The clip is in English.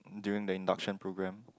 during the induction program